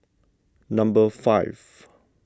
number five